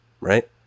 right